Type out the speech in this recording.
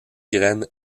graines